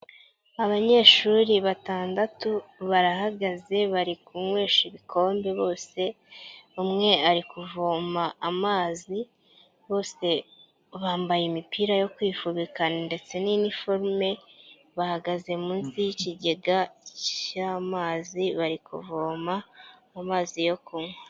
Abanyeshuri batandatu barahagaze bari kunywesha ibikombe bose; umwe ari kuvoma amazi; bose bambaye imipira yo kwifubika ndetse n'iniforume; bahagaze munsi y'ikigega cy'amazi, bari kuvoma amazi yo kunywa.